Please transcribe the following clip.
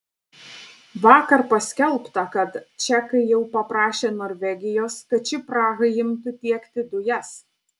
vakar paskelbta kad čekai jau paprašė norvegijos kad ši prahai imtų tiekti dujas